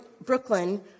Brooklyn